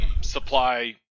supply